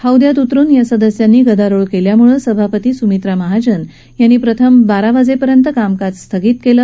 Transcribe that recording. हौद्यात उतरुन या सदस्यांनी गदारोळ केल्यानं सभापती सुमित्रा महाजन यांनी कामकाज प्रथम बारा वाजेपर्यंत स्थगित केलं